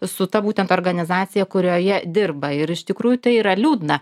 su ta būtent organizacija kurioje dirba ir iš tikrųjų tai yra liūdna